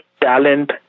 talent